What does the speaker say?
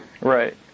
right